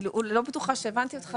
אני לא בטוחה שהבנתי אותך.